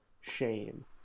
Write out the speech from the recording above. shame